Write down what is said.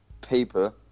paper